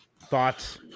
Thoughts